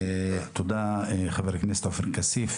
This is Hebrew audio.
תודה לחבר הכנסת עופר כסיף.